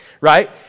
right